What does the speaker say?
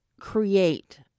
create